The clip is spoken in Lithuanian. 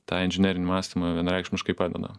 tą inžinerinį mąstymą vienareikšmiškai padeda